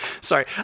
sorry